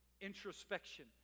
introspection